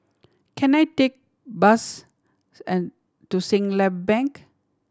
can I take bus and to Siglap Bank